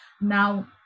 Now